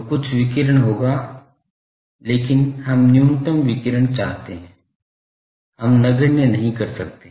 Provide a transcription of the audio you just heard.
तो कुछ विकिरण होगा लेकिन हम न्यूनतम विकिरण चाहते हैं हम नगण्य नहीं कर सकते